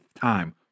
time